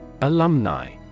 Alumni